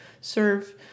serve